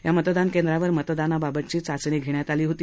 या मतदान केंद्रावर मतदानाबाबतची चाचणी धेण्यात ाली होती